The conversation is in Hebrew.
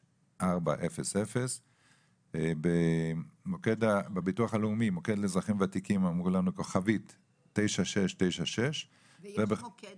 5400*. בביטוח הלאומי: המוקד לאזרחים ותיקים 9696*. מוקד